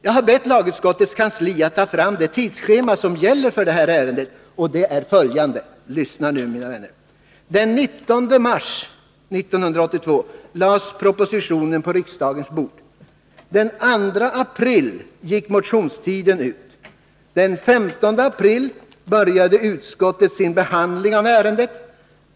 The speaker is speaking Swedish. Jag har bett lagutskottets kansli att ta fram det tidsschema som gäller för det här ärendet, och det är följande — lyssna nu, mina vänner: Den 19 mars 1982 lades propositionen på riksdagens bord. Den 2 april gick motionstiden ut. Den 15 april började utskottet sin behandling av ärendet.